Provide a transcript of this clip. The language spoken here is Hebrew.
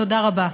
תודה רבה.